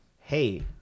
Hey